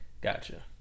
Gotcha